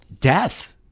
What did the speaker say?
death